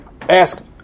ask